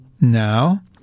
now